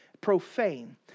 Profane